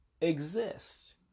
exist